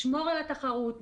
לשמור על התחרות,